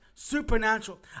supernatural